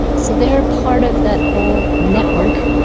so they're part of that whole network,